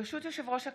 ברשות יושב-ראש הכנסת,